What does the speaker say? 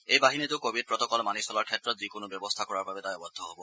এই বাহিনীটো covid protocol মানি চলাৰ ক্ষেত্ৰত যিকোনো ব্যৱস্থা কৰাৰ বাবে দায়বদ্ধ হ'ব